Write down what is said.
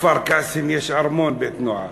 בכפר-קאסם יש ארמון בית-נוער,